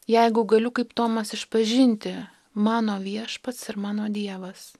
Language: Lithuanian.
jeigu galiu kaip tomas išpažinti mano viešpats ir mano dievas